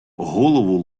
голову